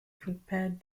prepared